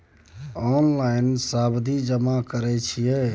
Online सावधि जमा कर सके छिये?